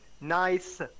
nice